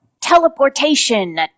teleportation